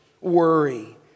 Worry